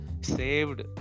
Saved